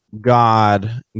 God